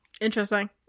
Interesting